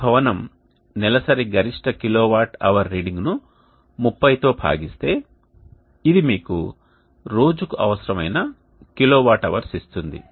ఈ భవనం నెలసరి గరిష్ట కిలోవాట్ అవర్ రీడింగ్ ను 30 తో భాగిస్తే ఇది మీకు రోజుకు అవసరమైన కిలోవాట్ అవర్స్ ఇస్తుంది